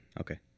Okay